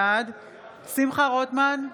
בעד שמחה רוטמן,